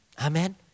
Amen